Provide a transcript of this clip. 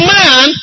man